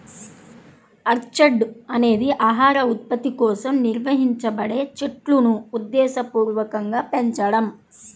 orchard అనేది ఆహార ఉత్పత్తి కోసం నిర్వహించబడే చెట్లును ఉద్దేశపూర్వకంగా పెంచడం